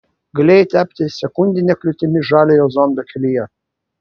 galėjai tapti sekundine kliūtimi žaliojo zombio kelyje